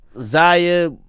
Zaya